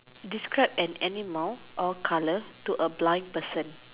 describe an animal or colour to a blind person